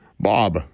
Bob